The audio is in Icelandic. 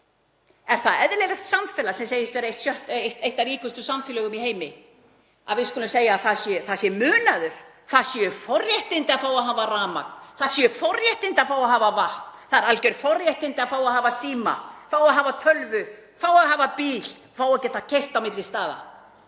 Er það eðlilegt samfélag sem segist vera eitt af ríkustu samfélögum í heimi að við skulum segja að það sé munaður, það séu forréttindi, að fá að hafa rafmagn, það séu forréttindi að fá að hafa vatn? Það eru alger forréttindi að fá að hafa síma, fá að hafa tölvu, fá að hafa bíl, fá að geta keyrt á milli staða.